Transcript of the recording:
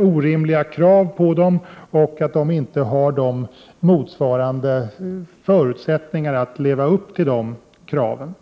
orimliga krav på dem och att de inte har motsvarande förutsättningar att leva upp till de kraven.